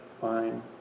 fine